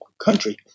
country